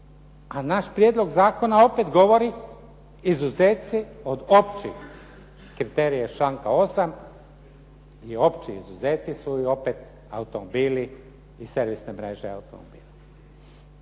A naš prijedlog zakona opet govori izuzeci od općih kriterija iz članka 8. je opći izuzeci su opet automobili i servisne mreže automobila.